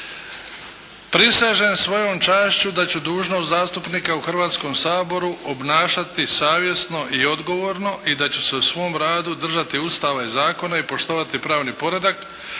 Prisežem svojom čašću da ću dužnost zastupnika u Hrvatskom saboru obnašati savjesno i odgovorno i da ću se u svom radu držati Ustava i zakona i poštovani pravni poredak,